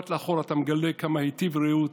ובמבט לאחור אתה מגלה כמה היטיב ראות,